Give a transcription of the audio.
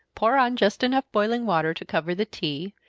pour on just enough boiling water to cover the tea,